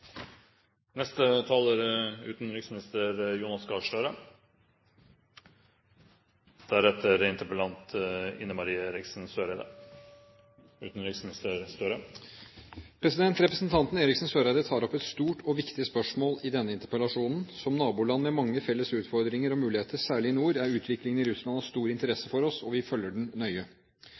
viktig spørsmål i denne interpellasjonen. Som naboland med mange felles utfordringer og muligheter, særlig i nord, er utviklingen i Russland av stor interesse for oss, og vi følger den nøye.